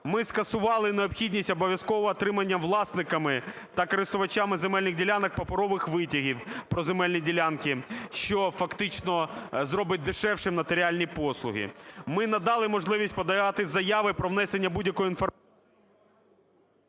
Ми скасували необхідність обов'язкове отримання власниками та користувачами земельних ділянок паперових витягів про земельні ділянки, що фактично зробить дешевшим нотаріальні послуги. Ми надали можливість подавати заяви про внесення будь-якої інформації…